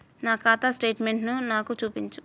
నా ఖాతా స్టేట్మెంట్ను నాకు చూపించు